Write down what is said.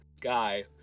guy